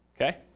okay